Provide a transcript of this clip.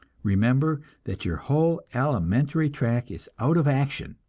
remember that your whole alimentary tract is out of action,